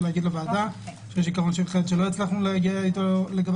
לומר לוועדה - יש עיקרון אחד שלא הצלחנו להגיע לגביו